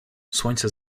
słońce